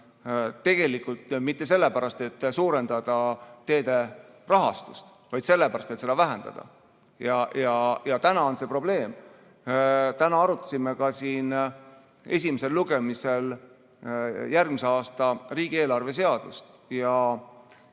siis mitte sellepärast, et suurendada teede rahastust, vaid sellepärast, et seda vähendada. Ja täna on see probleem. Täna me arutasime siin esimesel lugemisel järgmise aasta riigieelarve seadust.